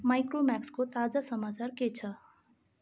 माइक्रोम्याक्सको ताजा समाचार के छ